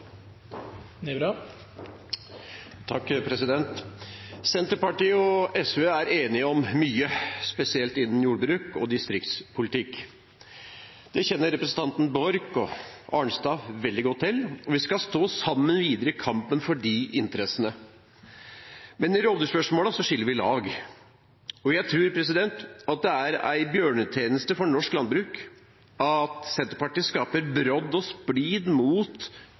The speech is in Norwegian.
enige om mye, spesielt innen jordbruk og distriktspolitikk. Det kjenner representantene Borch og Arnstad veldig godt til, og vi skal stå sammen videre i kampen for de interessene. Men i rovdyrspørsmålene skiller vi lag. Jeg tror det er en bjørnetjeneste for norsk landbruk at Senterpartiet skaper brodd og splid mot